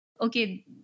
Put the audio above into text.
okay